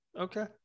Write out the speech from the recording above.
Okay